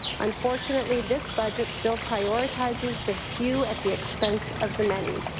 unfortunately, this budget still prioritizes the few at the expense of the many.